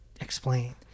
explain